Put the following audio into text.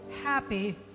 happy